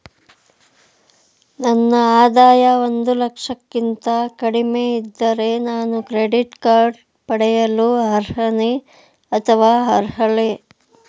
ನನ್ನ ಆದಾಯ ಒಂದು ಲಕ್ಷಕ್ಕಿಂತ ಕಡಿಮೆ ಇದ್ದರೆ ನಾನು ಕ್ರೆಡಿಟ್ ಕಾರ್ಡ್ ಪಡೆಯಲು ಅರ್ಹನೇ ಅಥವಾ ಅರ್ಹಳೆ?